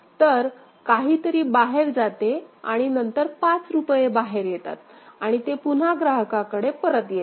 तर काहीतरी बाहेर जाते आणि नंतर 5 रुपये बाहेर येतात आणि ते पुन्हा ग्राहकाकडे परत येते